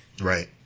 Right